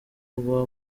rwa